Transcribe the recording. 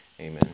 Amen